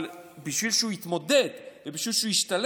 אבל בשביל שהוא יתמודד ובשביל שהוא ישתלב,